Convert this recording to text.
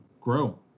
grow